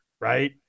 right